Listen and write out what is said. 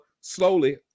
slowly